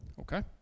Okay